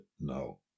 no